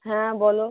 হ্যাঁ বলো